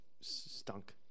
stunk